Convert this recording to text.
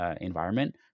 environment